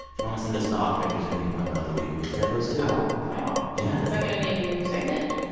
if you want to send us dog pictures at any point throughout the week, we accept those, too oh, wow yeah is that going to be a new segment?